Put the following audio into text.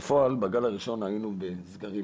בפועל, בגל הראשון היינו בסגרים